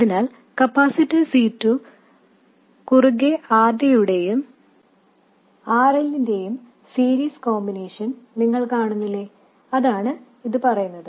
അതിനാൽ capacitor C 2 ന്റെ കുറുകെ R D യുടെയും R L ന്റെയും സീരീസ് കോമ്പിനേഷൻ നിങ്ങൾ കാണുന്നില്ലേ അതാണ് ഇത് പറയുന്നത്